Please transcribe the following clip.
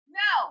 no